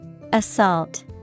Assault